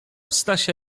stasia